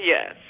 Yes